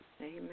Amen